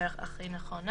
בדרך הכי נכונה.